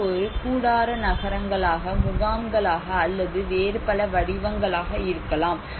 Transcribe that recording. அது ஒரு கூடார நகரங்களாக முகாம்களாக அல்லது வேறு பல வடிவங்களாக இருக்கலாம்